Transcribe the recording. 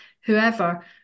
whoever